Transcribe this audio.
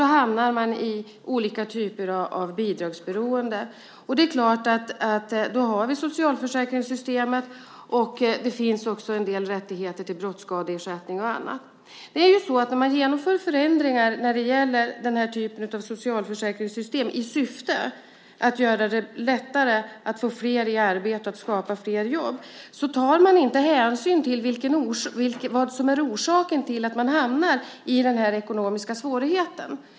Då hamnar man i olika typer av bidragsberoende. Då har vi socialförsäkringssystemet, och det finns också en del rättigheter till brottsskadeersättning och annat. När man genomför förändringar i den här typen av socialförsäkringssystem i syfte att göra det lättare att få fler i arbete och att skapa fler jobb tas det inte hänsyn till vad som är orsaken till att man hamnar i den ekonomiska svårigheten.